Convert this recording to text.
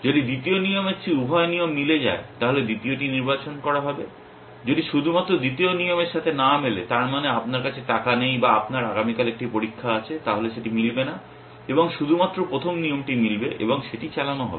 যদি দ্বিতীয় নিয়মের চেয়ে উভয় নিয়ম মিলে যায় তাহলে দ্বিতীয়টি নির্বাচন করা হবে যদি শুধুমাত্র দ্বিতীয় নিয়মের সাথে না মেলে তার মানে আপনার কাছে টাকা নেই বা আপনার আগামীকাল একটি পরীক্ষা আছে তাহলে সেটি মিলবে না এবং শুধুমাত্র প্রথম নিয়মটি মিলবে এবং সেটি চালানো হবে